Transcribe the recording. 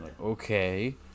Okay